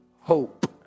hope